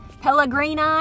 Pellegrini